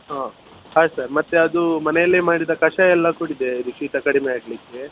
ಆಯಿತು ಸರ್ ಮತ್ತೆ ಅದು ಮನೆಯಲ್ಲೇ ಮಾಡಿದ ಕಷಾಯ ಎಲ್ಲ ಕುಡಿದೆ ಇದು ಶೀತ ಕಡಿಮೆ ಆಗಲಿಕ್ಕೆ